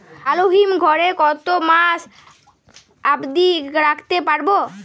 আলু হিম ঘরে কতো মাস অব্দি রাখতে পারবো?